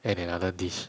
and another dish